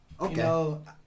Okay